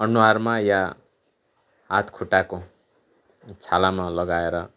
अनुहारमा या हात खुट्टाको छालामा लगाएर